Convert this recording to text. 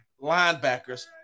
linebackers